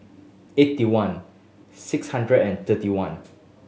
eighty one six hundred and thirty one